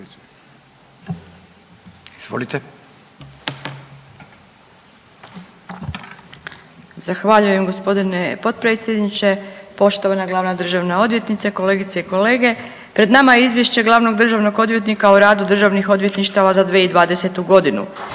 (Nezavisni)** Zahvaljujem g. potpredsjedniče. Poštovana glavna državna odvjetnice, kolegice i kolege. Pred nama je Izvješće glavnog državnog odvjetnika o radu državnih odvjetništava za 2020.g.